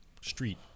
street